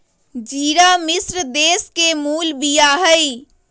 ज़िरा मिश्र देश के मूल बिया हइ